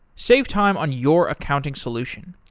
save time on your accounting solution.